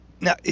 now